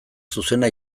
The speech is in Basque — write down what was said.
zuzena